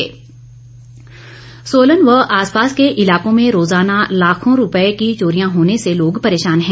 चोर गिरोह सोलन व आसपास के इलाकों में रोज़ाना लाखों रूपए की चोरियां होने से लोग परेशान है